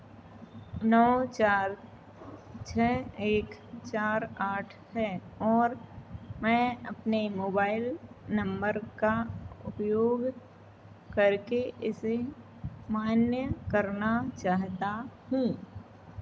नौ चार छः एक चार आठ है और मैं अपने मोबाइल नंबर का उपयोग करके इसे मान्य करना चाहता हूँ